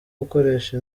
gukoresha